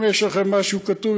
אם יש לכם משהו כתוב,